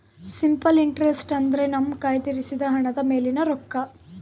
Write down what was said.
simple interest ಅಂದ್ರೆ ನಮ್ಮ ಕಯ್ದಿರಿಸಿದ ಹಣದ ಮೇಲಿನ ರೊಕ್ಕ